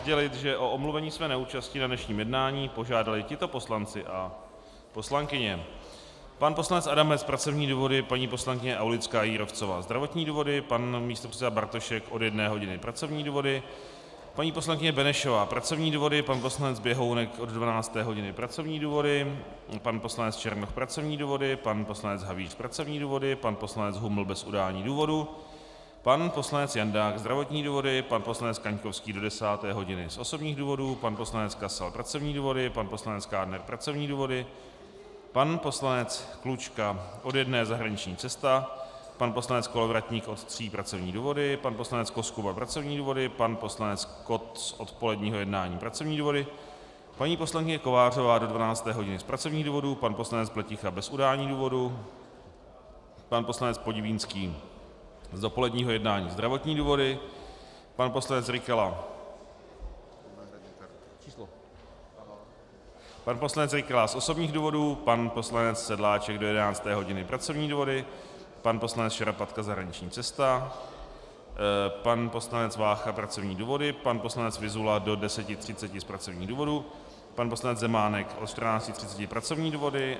Chtěl bych vám sdělit, že o omluvení své neúčasti na dnešním jednání požádali tito poslanci a poslankyně: pan poslanec Adamec pracovní důvody, paní poslankyně Aulická Jírovcová zdravotní důvody, pan místopředseda Bartošek od jedné hodiny pracovní důvody, paní poslankyně Benešová pracovní důvody, pan poslanec Běhounek od 12. hodiny pracovní důvody, pan poslanec Černoch pracovní důvody, pan poslanec Havíř pracovní důvody, pan poslanec Huml bez udání důvodu, pan poslanec Jandák zdravotní důvody, pan poslanec Kaňkovský do 10. hodiny z osobních důvodů, pan poslanec Kasal pracovní důvody, pan poslanec Kádner pracovní důvody, pan poslanec Klučka od jedné zahraniční cesta, pan poslanec Kolovratník od tří pracovní důvody, pan poslanec Koskuba pracovní důvody, pan poslanec Kott z odpoledního jednání pracovní důvody, paní poslankyně Kovářová do 12. hodiny z pracovních důvodů, pan poslanec Pleticha bez udání důvodu, pan poslanec Podivínský z dopoledního jednání zdravotní důvody, pan poslanec Rykala z osobních důvodů, pan poslanec Sedláček do 11. hodiny pracovní důvody, pan poslanec Šarapatka zahraniční cesta, pan poslanec Vácha pracovní důvody, pan poslanec Vyzula do 10.30 z pracovních důvodů, pan poslanec Zemánek od 14.30 pracovní důvody.